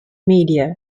media